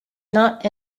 not